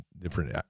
different